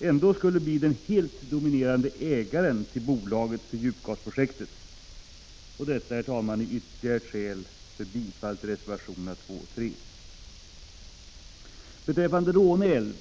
ändå skulle bli den helt dominerande ägaren till bolaget för djupgasprojektet. Detta, herr talman, är ytterligare ett skäl för bifall till reservationerna 2 och 3. Beträffande Råneälven